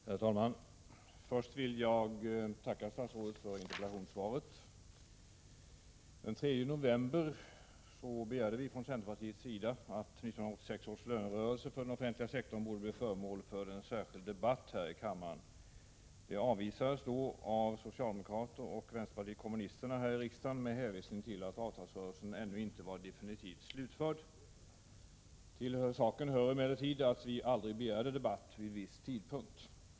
Herr talman! Först vill jag tacka statsrådet för svaret på min interpellation. Den 3 november begärde vi från centerns sida att 1986 års lönerörelse för den offentliga sektorn skulle bli föremål för en särskild debatt här i riksdagen. Det avvisades av socialdemokrater och vänsterpartiet kommunisterna med hänvisning till att avtalsrörelsen ännu inte var definitivt slutförd. Till saken hör emellertid att vi aldrig begärde debatt vid viss tidpunkt.